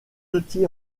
outils